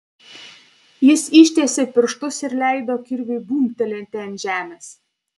jis ištiesė pirštus ir leido kirviui bumbtelėti ant žemės